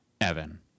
Evan